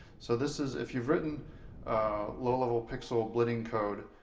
so this is if you've written low-level pixel blitting code,